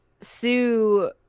sue